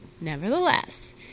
Nevertheless